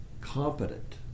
competent